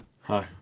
Hi